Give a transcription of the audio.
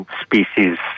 species